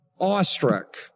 awestruck